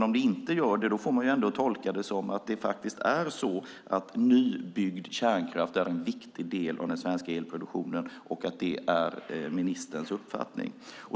Om det inte gör det får man tolka det som att nybyggd kärnkraft är en viktig del av den svenska elproduktionen och att det är ministerns uppfattning.